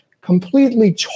completely